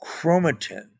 chromatin